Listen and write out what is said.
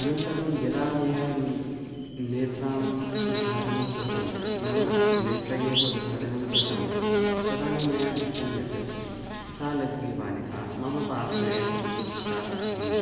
अनन्तरं यदा मया नेत्राणाम् उद्घाटनं कृतं नाम नेत्रयोः उद्घाटनं कृतं तदानीं मया दृष्टं यत् सा लघ्वी बालिका मम पार्श्वे एव उपविष्टा अस्ति इति